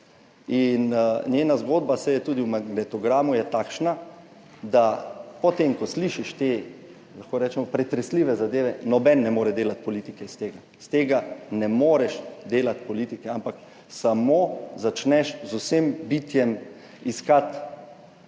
in njena zgodba, saj je tudi v magnetogramu, je takšna, da po tem, ko slišiš te, lahko rečemo, pretresljive zadeve, noben ne more delati politike iz tega. Iz tega ne moreš delati politike, ampak samo začneš z vsem bitjem iskati